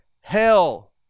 hell